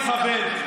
בואו נכבד.